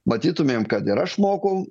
matytumėm kad ir aš mokau